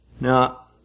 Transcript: Now